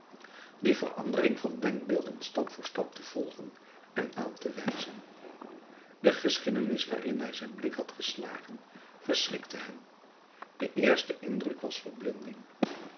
die verandering van denkbeelden stap voor stap te volgen en aan te wijzen de geschiedenis waarin hij den blik had geslagen verschrikte hem de eerste indruk was verblinding